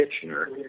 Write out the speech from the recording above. Kitchener